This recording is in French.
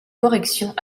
corrections